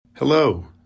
Hello